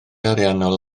ariannol